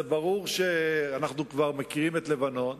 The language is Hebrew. זה ברור שאנחנו מכירים את לבנון,